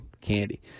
candy